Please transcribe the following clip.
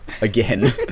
again